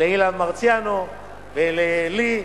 לאילן מרסיאנו וללי.